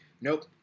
nope